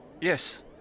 Yes